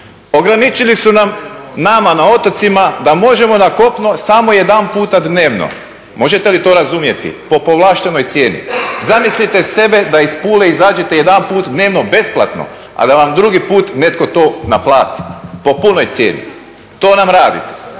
ograničili su nam, nama na otocima, da možemo na kopno samo jedanputa dnevno, možete li to razumjeti, po povlaštenoj cijeni. Zamislite sebe da iz Pule izađete jedanput dnevno besplatno, a da vam drugi put netko to naplati po punoj cijeni. To nam radite.